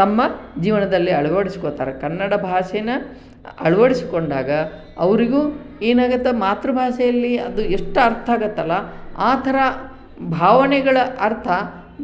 ತಮ್ಮ ಜೀವನದಲ್ಲಿ ಅಳವಡ್ಸ್ಕೊತಾರೆ ಕನ್ನಡ ಭಾಷೆನ ಅಳವಡ್ಸ್ಕೊಂಡಾಗ ಅವ್ರಿಗು ಏನಾಗುತ್ತೆ ಮಾತೃ ಭಾಷೆಯಲ್ಲಿ ಅದು ಎಷ್ಟು ಅರ್ಥ ಆಗುತ್ತಲ್ಲ ಆ ಥರ ಭಾವನೆಗಳು ಅರ್ಥ